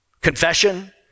Confession